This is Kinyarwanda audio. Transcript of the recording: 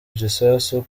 gisasu